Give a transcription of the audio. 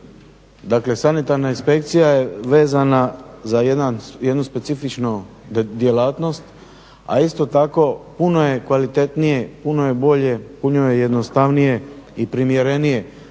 Dakle, sanitarna inspekcija je vezana za jednu specifičnu djelatnost a isto tako puno je kvalitetnije, puno je bolje, puno je jednostavnije i primjerenije